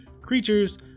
creatures